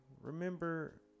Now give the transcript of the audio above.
remember